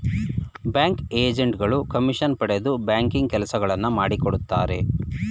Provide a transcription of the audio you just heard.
bank agent ಗಳು commission ಪಡೆದು banking ಕೆಲಸಗಳನ್ನು ಮಾಡಿಕೊಡುತ್ತಾರೆ